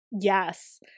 yes